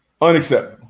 unacceptable